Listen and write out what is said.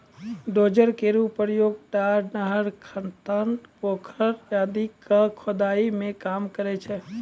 dozer केरो प्रयोग डार, नहर, खनता, पोखर आदि क खुदाई मे काम करै छै